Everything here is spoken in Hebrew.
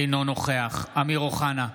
אינו נוכח אמיר אוחנה,